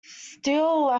steele